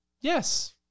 Yes